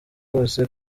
bose